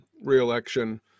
re-election